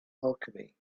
alchemy